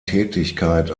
tätigkeit